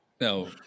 no